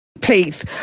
Please